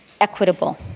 equitable